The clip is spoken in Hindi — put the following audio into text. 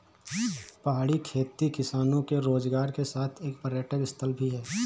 पहाड़ी खेती किसानों के रोजगार के साथ एक पर्यटक स्थल भी है